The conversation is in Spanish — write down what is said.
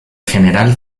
general